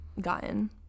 gotten